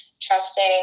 trusting